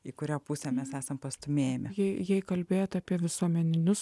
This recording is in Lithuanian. į kurią pusę mes esam pastūmėjame jai kalbėti apie visuomeninius